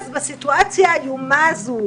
בסיטואציה האיומה הזו,